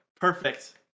perfect